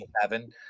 seven